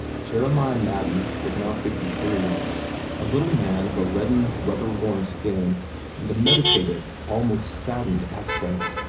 jeremiah madden was now fifty-three a little man of a reddened, weather-worn skin and a meditative, almost saddened, aspect.